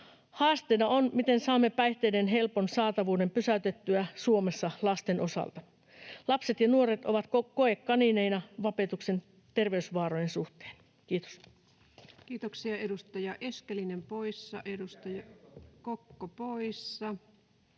Haasteena on, miten saamme päihteiden helpon saatavuuden pysäytettyä Suomessa lasten osalta. Lapset ja nuoret ovat koekaniineina vapetuksen terveysvaarojen suhteen. — Kiitos. Kiitoksia. — Edustaja Eskelinen poissa, edustaja Kokko poissa.